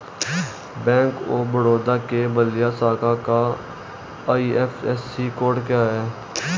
Bank of Baroda के बलिया शाखा का आई.एफ.एस.सी कोड क्या है?